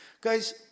Guys